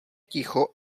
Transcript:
ticho